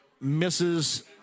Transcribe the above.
misses